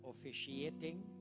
officiating